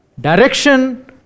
direction